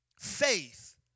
Faith